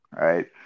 right